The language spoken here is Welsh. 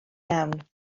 iawn